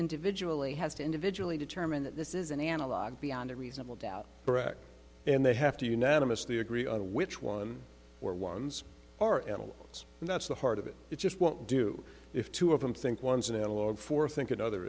individually has to individually determine that this is an analog beyond a reasonable doubt and they have to unanimously agree on which one or ones are animals and that's the heart of it it just won't do if two of them think one is an analog for think another